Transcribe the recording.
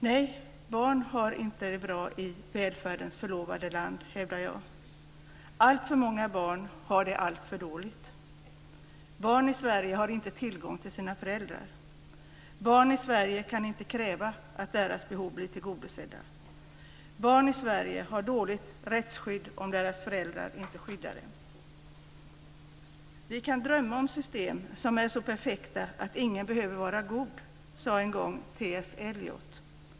Nej, jag hävdar att barn inte har det bra i välfärdens förlovade land. Alltför många barn har det alltför dåligt. Barn i Sverige har inte tillgång till sina föräldrar. Barn i Sverige kan inte kräva att deras behov blir tillgodosedda. Barn i Sverige har dåligt rättsskydd om det inte värnas av deras föräldrar. Vi kan drömma om system som är så perfekta att ingen behöver vara god, sade en gång T.S. Eliot.